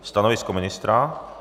Stanovisko ministra?